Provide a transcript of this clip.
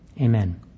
Amen